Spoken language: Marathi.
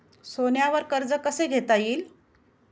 सोन्यावर कर्ज कसे घेता येईल?